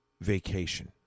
vacation